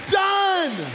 done